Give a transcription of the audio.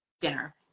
dinner